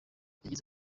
yagize